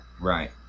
right